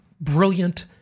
brilliant